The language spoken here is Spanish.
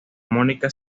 mónica